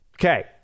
Okay